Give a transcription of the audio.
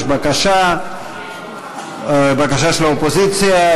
יש בקשה, בקשה של האופוזיציה.